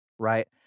Right